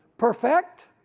perfect,